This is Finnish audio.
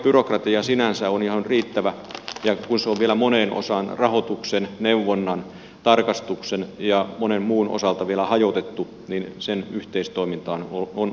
hankebyrokratia sinänsä on ihan riittävä ja kun se on vielä moneen osaan rahoituksen neuvonnan tarkastuksen ja monen muun osalta hajotettu niin sen yhteistoimintaan on satsattava